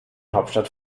hauptstadt